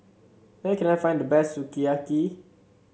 where can I find the best Sukiyaki